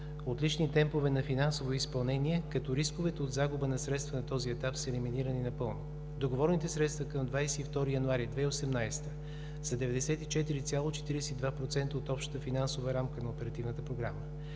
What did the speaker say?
отлични темпове на финансово изпълнение, като рисковете от загуба на средства на този етап са елиминирани напълно. Договорните средства към 22 януари 2018 г. са 94,42% от общата финансова рамка на Оперативната програма.